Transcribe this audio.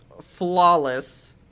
flawless